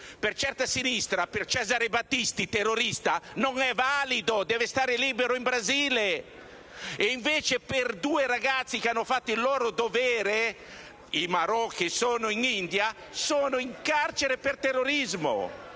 per certa sinistra, per il terrorista Cesare Battisti, non è valido. Deve essere libero in Brasile. Invece, due ragazzi che hanno fatto il loro dover, i marò che sono in India, sono in carcere per terrorismo.